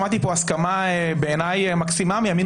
שמעתי כאן הסכמה שבעיני היא מקסימה מימין